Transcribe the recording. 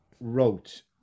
wrote